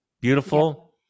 beautiful